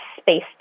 space